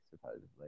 supposedly